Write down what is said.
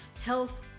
health